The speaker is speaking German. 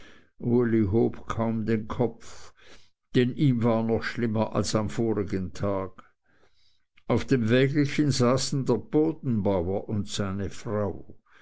kaum den kopf denn ihm war noch schlimmer als am vorigen tag auf dem wägelchen saßen der bodenbauer und seine frau